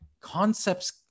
Concepts